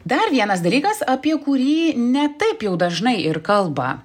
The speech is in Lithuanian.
dar vienas dalykas apie kurį ne taip jau dažnai ir kalba